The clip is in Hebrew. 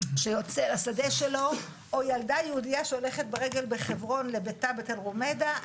שיוצא לשדה שלו או ילדה יהודייה שהולכת ברגל בחברון לביתה בתל רומיידה,